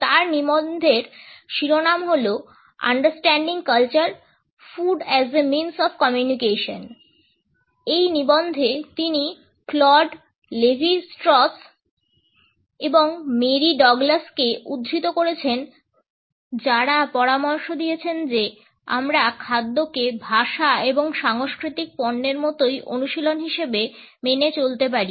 তাঁর নিবন্ধের শিরোনাম হল "Understanding Culture Food as a Means of Communication" এই নিবন্ধে তিনি ক্লড লেভি স্ট্রস এবং মেরি ডগলাসকে উদ্ধৃত করেছেন যারা পরামর্শ দিয়েছেন যে আমরা খাদ্যকে ভাষা এবং সাংস্কৃতিক পণ্যের মতোই অনুশীলন হিসেবে মেনে চলতে পারি